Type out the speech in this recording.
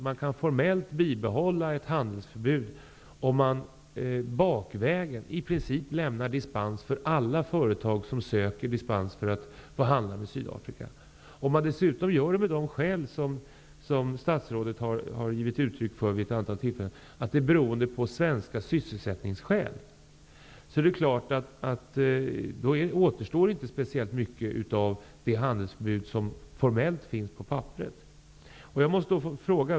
Man kan formellt bibehålla ett handelsförbud men bakvägen lämna dispenser för i princip alla företag som söker dispens för att få handla med Sydafrika. Om man dessutom gör det med åberopande av de skäl som statsrådet har angivit vid andra tillfällen, dvs. svenska sysselsättningsskäl, återstår inte speciellt mycket av det handelsförbud som finns på papperet. Jag måste få ställa en fråga.